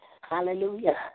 Hallelujah